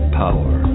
power